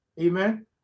Amen